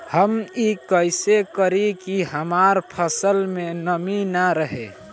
हम ई कइसे करी की हमार फसल में नमी ना रहे?